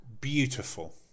beautiful